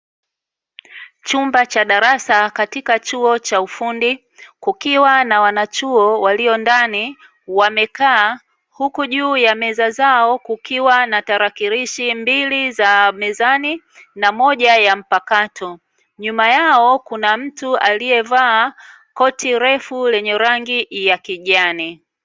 Chumba cha darasa katika chuo cha ufundi, kukiwa nawanachuo waliondani wamekaa, huku juu ya meza zao kukiwa na tarakirishi mbili za mezani, na moja ya mpakato. Nyuma yao kuna mtu aliye vaa koti refu lenye rangi ya kijani.